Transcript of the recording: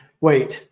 wait